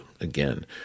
again